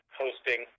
hosting